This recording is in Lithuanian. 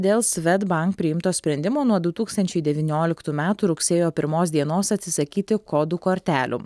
dėl svedbank priimto sprendimo nuo du tūkstančiai devynioliktų metų rugsėjo pirmos dienos atsisakyti kodų kortelių